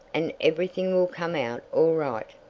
and everything will come out all right.